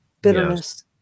bitterness